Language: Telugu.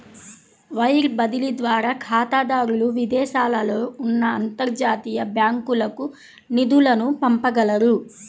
వైర్ బదిలీ ద్వారా ఖాతాదారులు విదేశాలలో ఉన్న అంతర్జాతీయ బ్యాంకులకు నిధులను పంపగలరు